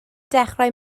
dechrau